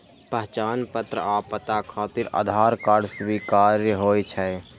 पहचान पत्र आ पता खातिर आधार कार्ड स्वीकार्य होइ छै